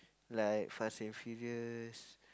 like Fast and Furious